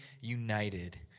united